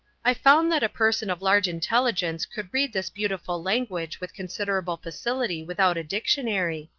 i found that a person of large intelligence could read this beautiful language with considerable facility without a dictionary,